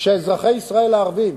שאזרחי ישראל הערבים,